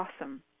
awesome